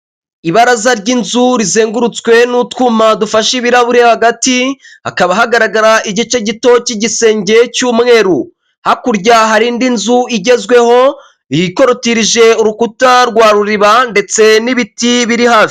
Ibaraza ry'inzu rizengurutswe n'utwuma dufashe ibirahuri hagati hakaba hagaragara igice gito cy'igisenge cy'umweru, hakurya hari indi nzu igezweho ikorotirije urukuta rwa ruriba ndetse n'ibiti biri hafi.